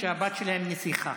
שהבת שלהם נסיכה.